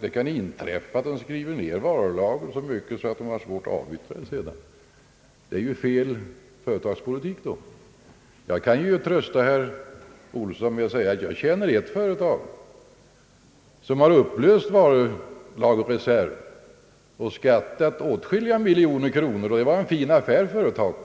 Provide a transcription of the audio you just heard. det kan inträffa att ett företag skriver ner sitt varulager så mycket att det får svårt att avyttra varorna, då är det fråga om en felaktig företagspolitik. Jag kan trösta herr Olsson med att jag känner till ett företag som har upplöst sin varulagerreserv och skattat åtskilliga miljoner kronor. Det var en fin affär för företaget.